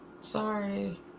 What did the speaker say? Sorry